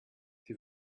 die